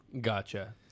Gotcha